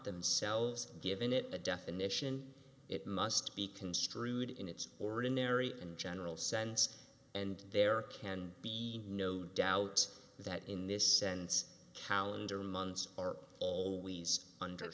themselves given it a definition it must be construed in its ordinary and general sense and there can be no doubt that in this sense calendar months are always under